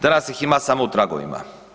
Danas ih ima samo u tragovima.